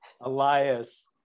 Elias